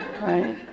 right